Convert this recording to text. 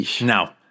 Now